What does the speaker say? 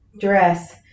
dress